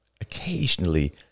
occasionally